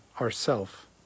ourself